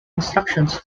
instructions